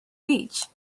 beach